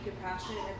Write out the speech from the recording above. compassionate